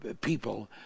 people